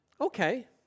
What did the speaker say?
okay